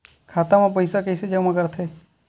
खाता म पईसा कइसे जमा करथे?